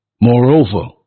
Moreover